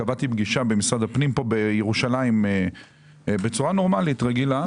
קבעתי פגישה במשרד הפנים בירושלים בצורה רגילה.